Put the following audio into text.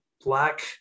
Black